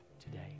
today